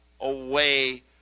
away